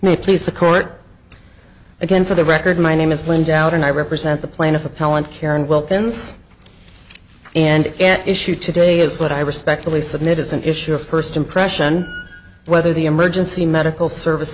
may please the court again for the record my name is linda out and i represent the plaintiff appellant karen wilkins and issue today is what i respectfully submit is an issue of first impression whether the emergency medical service